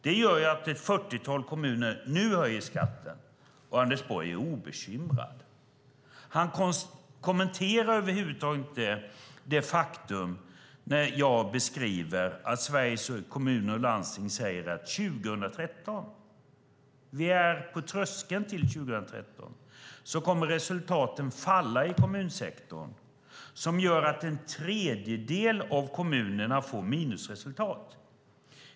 Det gör att ett fyrtiotal kommuner nu höjer skatten. Men Anders Borg är obekymrad. Han kommenterar över huvud taget inte det faktum att jag beskriver att Sveriges Kommuner och Landsting säger att resultaten 2013 - vi är på tröskeln till 2013 - kommer att falla i kommunsektorn, vilket gör att en tredjedel av kommunerna får minusresultat.